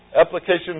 Application's